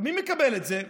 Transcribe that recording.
מי מקבל את זה?